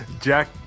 Jack